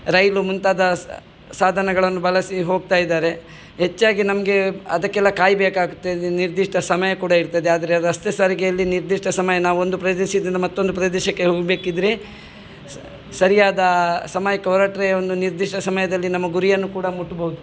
ರೈಲು ಮುಂತಾದ ಸಾಧನಗಳನ್ನು ಬಳಸಿ ಹೋಗ್ತಾ ಇದ್ದಾರೆ ಹೆಚ್ಚಾಗಿ ನಮಗೆ ಅದಕ್ಕೆಲ್ಲ ಕಾಯಬೇಕಾಗತ್ತೆ ನಿರ್ದಿಷ್ಟ ಸಮಯ ಕೂಡ ಇರ್ತದೆ ಆದರೆ ರಸ್ತೆ ಸಾರಿಗೆಯಲ್ಲಿ ನಿರ್ದಿಷ್ಟ ಸಮಯ ನಾವು ಒಂದು ಪ್ರದೇಶದಿಂದ ಮತ್ತೊಂದು ಪ್ರದೇಶಕ್ಕೆ ಹೋಗಬೇಕಿದ್ರೆ ಸರಿಯಾದ ಸಮಯಕ್ಕೆ ಹೊರಟರೆ ಒಂದು ನಿರ್ದಿಷ್ಟ ಸಮಯದಲ್ಲಿ ನಮ್ಮ ಗುರಿಯನ್ನು ಕೂಡ ಮುಟ್ಬೋದು